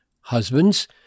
Husbands